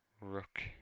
Rook